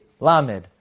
lamid